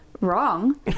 Wrong